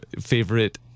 favorite